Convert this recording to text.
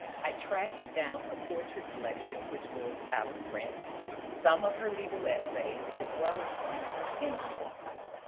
i tracked down her poetry collection, which was out of print some of her legal essays as well as some of her opinion pieces.